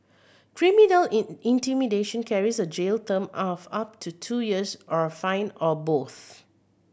criminal in intimidation carries a jail term of up to two years or a fine or both